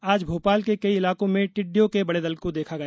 आज भोपाल के कई इलाकों में टिड्डीयों के बड़े दल को देखा गया